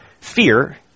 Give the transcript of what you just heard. Fear